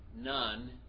none